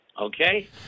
Okay